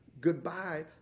goodbye